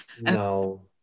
No